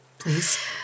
Please